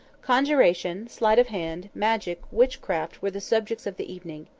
conjuration, sleight of hand, magic, witchcraft, were the subjects of the evening.